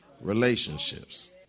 relationships